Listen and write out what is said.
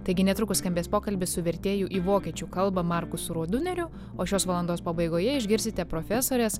taigi netrukus skambės pokalbis su vertėju į vokiečių kalbą markusu rauduneriu o šios valandos pabaigoje išgirsite profesorės